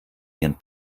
ihren